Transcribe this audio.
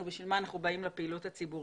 לשם מה אנחנו באים לפעילות הציבורית.